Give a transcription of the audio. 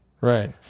right